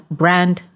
brand